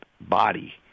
body